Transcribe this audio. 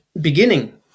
beginning